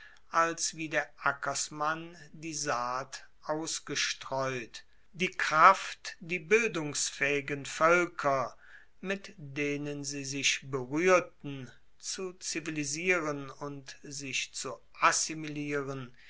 als wie der ackersmann die saat ausgestreut die kraft die bildungsfaehigen voelker mit denen sie sich beruehrten zu zivilisieren und sich zu assimilieren